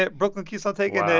ah brooklyn keeps on taking